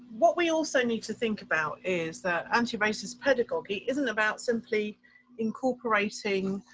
what we also need to think about is that antiracist pedagogy isn't about simply incorporating,